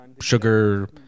Sugar